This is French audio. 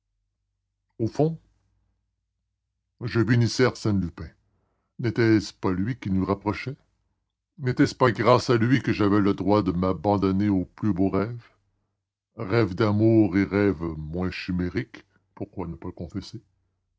au fond je bénissais arsène lupin n'était-ce pas lui qui nous rapprochait n'était-ce pas grâce à lui que j'avais le droit de m'abandonner aux plus beaux rêves rêves d'amour et rêves moins chimériques pourquoi ne pas le confesser